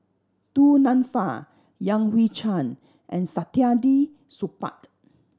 Du Nanfa Yan Hui Chang and Saktiandi Supaat